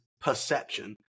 perception